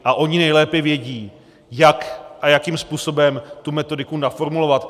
A oni nejlépe vědí, jak a jakým způsobem tu metodiku naformulovat.